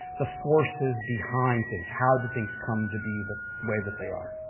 the forces behind things. how did things come to be the way that they are?